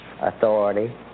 authority